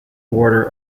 order